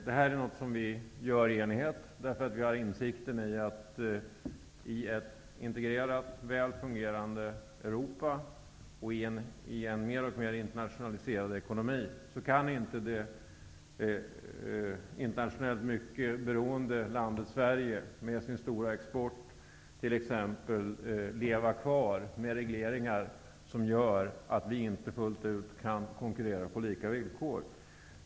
Det här är någonting som vi gör i enighet, därför att vi har insikten om att Sverige, i ett integrerat, väl fungerande Europa och i en mer och mer internationaliserad ekonomi, inte kan leva kvar med regleringar som gör att vi inte fullt ut kan konkurrera på lika villkor. Sverige är ju ett land som är mycket internationellt beroende, t.ex. genom den stora exporten.